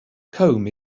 comb